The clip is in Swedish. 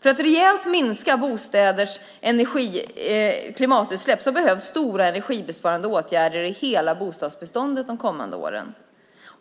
För att rejält minska bostäders klimatpåverkande utsläpp behövs stora energibesparande åtgärder i hela bostadsbeståndet de kommande åren.